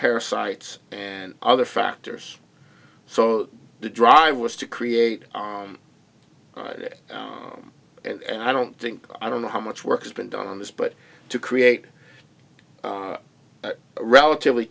parasites and other factors so the drive was to create it and i don't think i don't know how much work has been done on this but to create a relatively